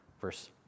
verse